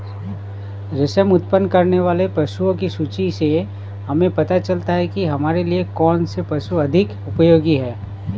रेशम उत्पन्न करने वाले पशुओं की सूची से हमें पता चलता है कि हमारे लिए कौन से पशु अधिक उपयोगी हैं